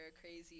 crazy